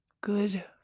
Good